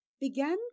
began